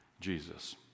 Jesus